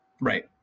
Right